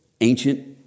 ancient